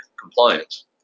compliance